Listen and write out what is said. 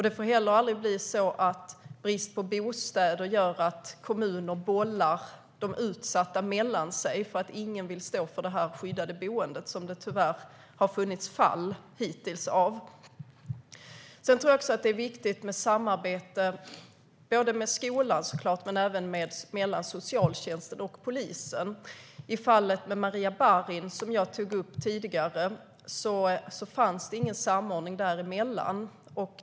Det får heller aldrig bli så att brist på bostäder gör att kommuner bollar de utsatta mellan sig för att ingen vill stå för det skyddade boendet - sådana fall har tyvärr funnits. Sedan tror jag att det är viktigt med samarbete med skolan, såklart, men även mellan socialtjänsten och polisen. I fallet med Maria Barin, som jag tog upp tidigare, fanns det ingen samordning däremellan.